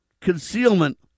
concealment